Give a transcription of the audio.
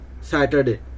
saturday